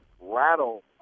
rattle